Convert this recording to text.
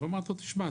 אמרתי לו 'תשמע',